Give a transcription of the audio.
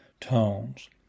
tones